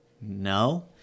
No